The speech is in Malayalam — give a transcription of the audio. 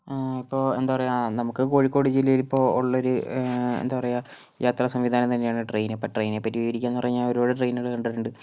ഇപ്പോൾ എന്താ പറയുക ആ നമുക്ക് കോഴിക്കോട് ജില്ലയില് ഇപ്പോൾ ഉള്ളൊരു എന്താ പറയുക യാത്ര സംവിധാനം തന്നെയാണ് ട്രെയിൻ ഇപ്പോൾ ട്രെയിനിനെ പറ്റി വിവരിക്കുകയെന്ന് പറഞ്ഞാൽ ഒരുപാട് ട്രെയിനുകൾ കണ്ടിട്ടുണ്ട്